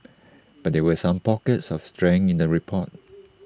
but there were some pockets of strength in the report